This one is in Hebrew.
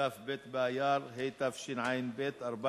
באייר התשע"ב,